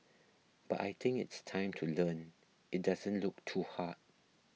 but I think it's time to learn it doesn't look too hard